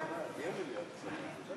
נתקבל.